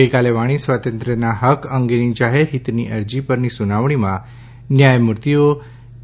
ગઇકાલે વાણી સ્વાતંત્ર્યના હક અંગેની જાહેર હિતની અરજી પરની સુનાવણીમાં ન્યાયમૂર્તિઓ એ